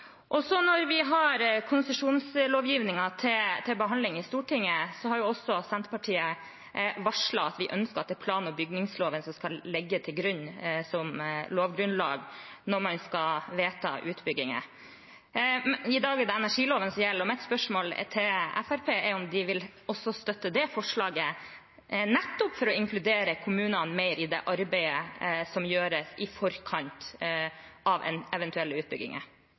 Når vi skal ha konsesjonslovgivningen til behandling i Stortinget, har Senterpartiet varslet at vi ønsker at det er plan- og bygningsloven som skal ligge til grunn som lovgrunnlag når man skal vedta utbygginger. I dag er det energiloven som gjelder. Mitt spørsmål til Fremskrittspartiet er om de vil støtte det forslaget nettopp for å inkludere kommunene mer i det arbeidet som gjøres i forkant av eventuelle utbygginger.